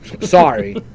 Sorry